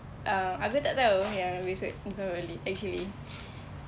um aku tak tahu yang besok deepavali actually